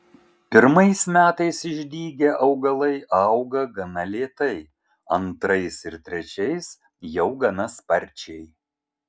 pirmais metais išdygę augalai auga gana lėtai antrais ir trečiais jau gana sparčiai